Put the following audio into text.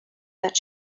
that